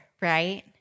right